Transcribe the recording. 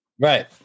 Right